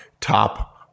top